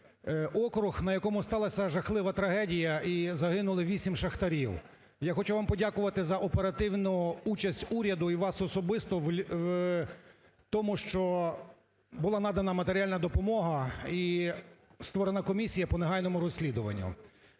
Округ, на якому сталася жахлива трагедія і загинули вісім шахтарів. Я хочу вам подякувати за оперативну участь уряду і вас особисто в тому, що була надана матеріальна допомога і створена комісія по негайному розслідуванню.